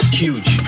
huge